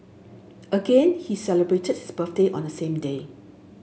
again he celebrated his birthday on same day